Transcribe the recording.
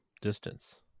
distance